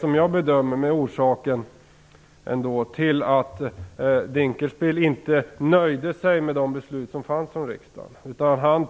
Som jag bedömer det är det orsaken till att Dinkelspiel inte nöjde sig med de beslut som fanns från riksdagen.